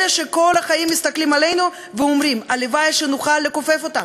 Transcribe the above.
אלה שכל החיים מסתכלים עלינו ואומרים: הלוואי שנוכל לכופף אותם,